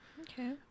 Okay